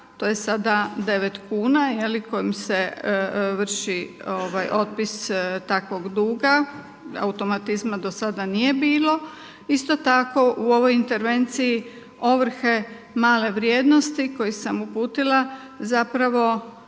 To je sada 9 kn kojim se vrši otpis takvog duga. Automatizma do sada nije bilo. Isto tako u ovoj intervenciji ovrhe male vrijednosti koji sam uputila zapravo